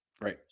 Right